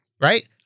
right